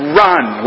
run